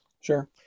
Sure